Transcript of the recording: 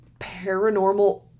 paranormal